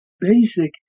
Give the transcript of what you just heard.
basic